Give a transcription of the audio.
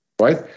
right